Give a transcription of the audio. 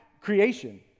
creation